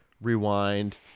rewind